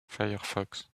firefox